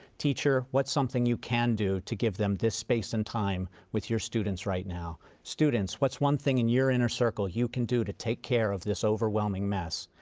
teacher, what's something you can do to give them this space and time with your students right now? students, what's one thing in your inner circle you can do to take care of this overwhelming mess?